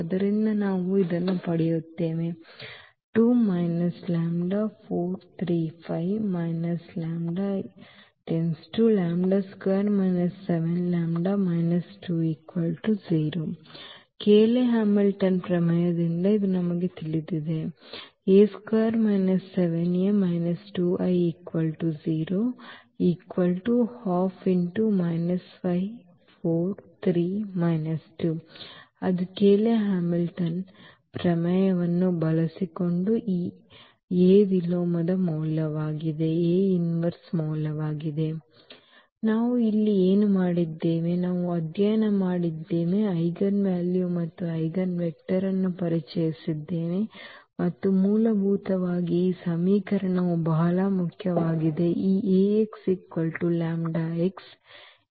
ಆದ್ದರಿಂದ ನಾವು ಇದನ್ನು ಪಡೆಯುತ್ತೇವೆ ಕೇಲಿ ಹ್ಯಾಮಿಲ್ಟನ್ ಪ್ರಮೇಯದಿಂದ ಇದು ನಮಗೆ ತಿಳಿದಿದೆ ಅದು ಕೇಲಿ ಹ್ಯಾಮಿಲ್ಟನ್ ಪ್ರಮೇಯವನ್ನು ಬಳಸಿಕೊಂಡು ಈ ಎ ವಿಲೋಮದ ಮೌಲ್ಯವಾಗಿದೆ ನಾವು ಇಲ್ಲಿ ಏನು ಮಾಡಿದ್ದೇವೆ ನಾವು ಅಧ್ಯಯನ ಮಾಡಿದ್ದೇವೆ ಐಜೆನ್ ವ್ಯಾಲ್ಯೂಸ್ ಮತ್ತು ಐಜೆನ್ ವೆಕ್ಟರ್ ಅನ್ನು ಪರಿಚಯಿಸಿದ್ದೇವೆ ಮತ್ತು ಮೂಲಭೂತವಾಗಿ ಈ ಸಮೀಕರಣವು ಬಹಳ ಮುಖ್ಯವಾಗಿತ್ತು ಈ Ax λx